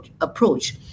approach